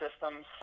systems